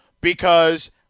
because-